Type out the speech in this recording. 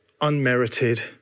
unmerited